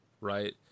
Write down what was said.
right